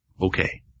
Okay